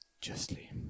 justly